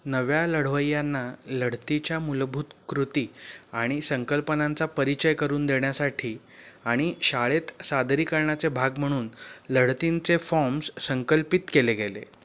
नव्या लढवय्यांना लढतीच्या मूलभूत कृती आणि संकल्पनांचा परिचय करून देण्यासाठी आणि शाळेत सादरीकरणाचे भाग म्हणून लढतींचे फॉम्स संकल्पित केले गेले